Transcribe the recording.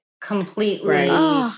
completely